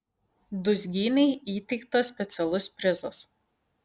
dūzgynei įteiktas specialus prizas